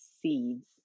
seeds